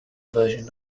version